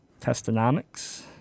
Testonomics